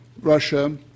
Russia